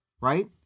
right